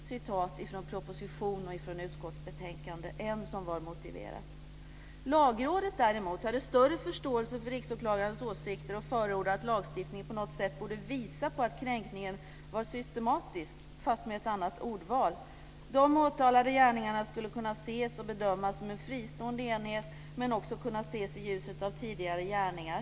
Detta är ett utdrag från proposition och utskottsbetänkande. Lagrådet, däremot, hade större förståelse för Riksåklagarens åsikter och förordade att lagstiftningen på något sätt borde visa på att kränkningen varit systematisk - fast med ett annat ordval. De åtalbara gärningarna skulle kunna ses och bedömas som en fristående enhet men skulle också kunna ses i ljuset av tidigare gärningar.